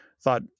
thought